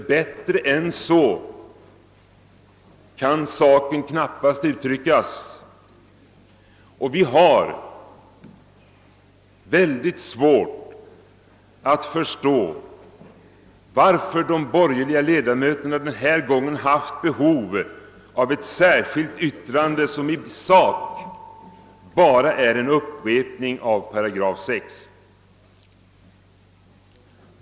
Bättre än så kan saken knappast uttryckas. Vi har ytterligt svårt att förstå varför de bor gerliga ledamöterna denna gång haft behov av ett särskilt yttrande som i sak bara är en upprepning av § 6.